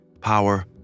power